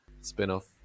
spin-off